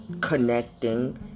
connecting